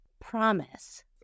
promise